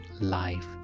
life